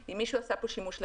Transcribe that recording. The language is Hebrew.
אם מישהו עשה פה שימוש לרעה,